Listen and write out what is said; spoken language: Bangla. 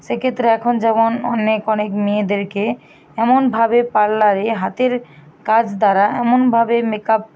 সেক্ষেত্রে এখন যেমন অনেক অনেক মেয়েদেরকে এমনভাবে পার্লারে হাতের কাজ দ্বারা এমনভাবে মেকআপ